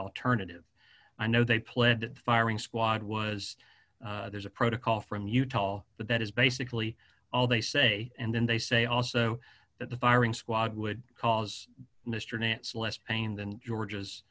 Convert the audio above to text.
alternative i know they planted the firing squad was there's a protocol from utah but that is basically all they say and then they say also that the firing squad would cause mr nantz less pain than georg